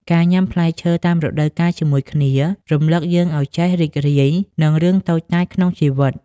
ការញ៉ាំផ្លែឈើតាមរដូវកាលជាមួយគ្នា រំលឹកយើងឱ្យចេះរីករាយនឹងរឿងតូចតាចក្នុងជីវិត។